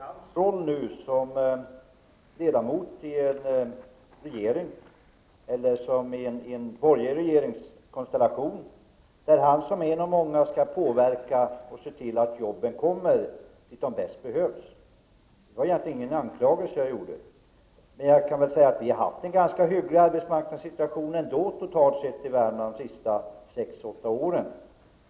Herr talman! Som ledamot av en borgerlig regeringskonstellation är nu Kjell Ericsson en av dem som skall påverka och se till att jobben skapas där de bäst behövs. Det var egentligen inte någon anklagelse som jag kom med. Vi har dock haft en hygglig arbetsmarknadssituation totalt sett i Värmland under de senaste 6--8 åren.